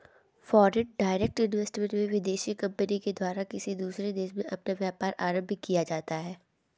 foreign direct investment में विदेशी company के द्वारा किसी दूसरे देश में अपना व्यापार आरंभ किया जाता है